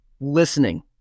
listening